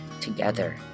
together